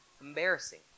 embarrassing